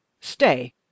Stay